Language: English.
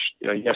Yes